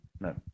no